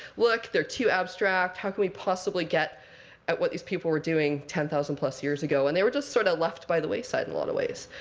look, they're too abstract. how can we possibly get at what these people were doing ten thousand plus years ago? and they were just sort of left by the wayside, in a lot of ways.